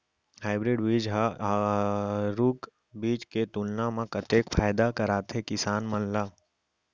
Hybrid बीज हा आरूग बीज के तुलना मा कतेक फायदा कराथे किसान मन ला?